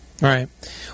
Right